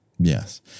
Yes